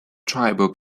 tribal